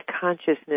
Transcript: consciousness